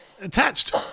attached